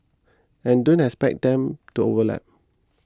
and don't expect them to overlap